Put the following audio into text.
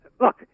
Look